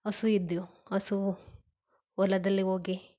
ಹಸು ಇದ್ದವ್ ಹಸು ಹೊಲದಲ್ಲಿ ಹೋಗಿ